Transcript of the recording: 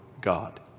God